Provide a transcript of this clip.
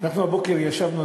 הבוקר ישבנו,